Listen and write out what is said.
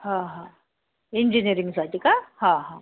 हां हां इंजिनिअरिंगसाठी का हां हां